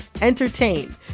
entertain